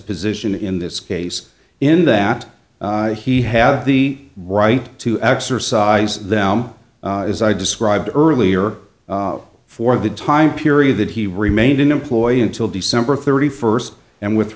position in this case in that he had the right to exercise them as i described earlier for the time period that he remained in employ until december thirty first and with